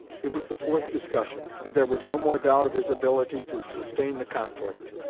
it was the fourth discussion, and there was no more doubt of his ability to sustain the conflict.